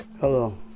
Hello